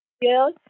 Yes